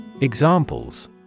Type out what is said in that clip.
Examples